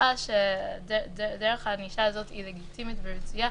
קבעה שדרך הענישה הזאת היא לגיטימית ורצויה,